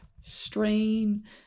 strain